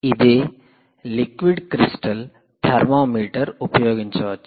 ఇదే liquid crystal thermometer ఉపయోగించవచ్చు